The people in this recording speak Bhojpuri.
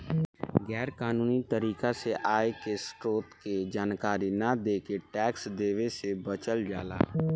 गैर कानूनी तरीका से आय के स्रोत के जानकारी न देके टैक्स देवे से बचल जाला